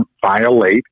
violate